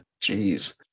Jeez